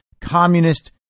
communist